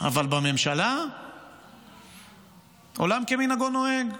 אבל בממשלה עולם כמנהגו נוהג,